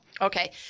Okay